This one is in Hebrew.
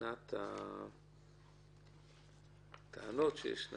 מבחינת הטענות שיש,